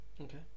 okay